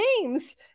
names